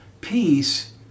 peace